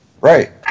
Right